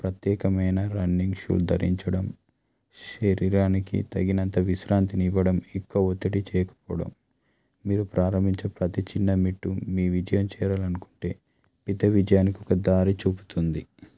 ప్రత్యేకమైన running shoot ధరించడం శరీరానికి తగినంత విశ్రాంతినివ్వడం ఎక్కువ ఒత్తిడి చేయకపోవడం మీరు ప్రారంభించే ప్రతి చిన్న మెట్టు మీ విజయం చేరాలనుకుంటే పెద్ద విజయానికి ఒక దారి చూపుతుంది